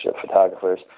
photographers